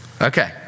Okay